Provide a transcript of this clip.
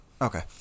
Okay